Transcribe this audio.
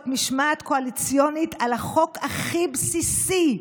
משמעת קואליציונית על החוק הכי בסיסי,